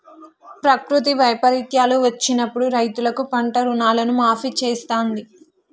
ప్రకృతి వైపరీత్యాలు వచ్చినప్పుడు రైతులకు పంట రుణాలను మాఫీ చేస్తాంది